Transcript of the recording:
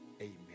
Amen